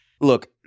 look